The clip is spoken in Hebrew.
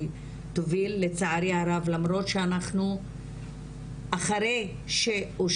סוכני וסוכנות שינוי בכל המרקם הציבורי שאנחנו מדברים עליו.